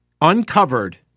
uncovered